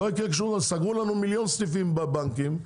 סגרו לנו מיליון סניפים בבנקים,